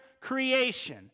creation